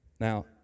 Now